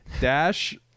Dash